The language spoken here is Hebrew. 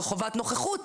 חובת נוכחות